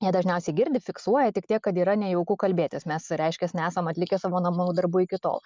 jie dažniausiai girdi fiksuoja tik tiek kad yra nejauku kalbėtis mes reiškias nesam atlikę savo namų darbų iki tol